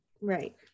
Right